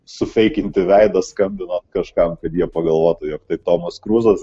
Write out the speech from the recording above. sufeikinti veidą skambinant kažkam kad jie pagalvotų jog tai tomas kruzas